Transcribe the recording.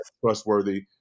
trustworthy